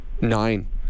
nine